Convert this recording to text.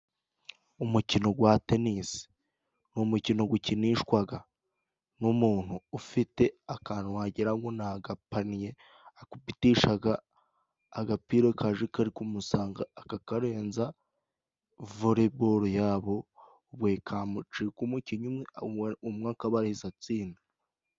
Umukino wa tenisi ni umukino ukinishwa, n'umuntu ufite akantu wagira ngo n'agapanye, akubitisha agapira kaje kari kumusanga akakarenza, vole bolo yabo welikamu, kacika umukinnyi umwe undi akaba ahise atsinda.